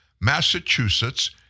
Massachusetts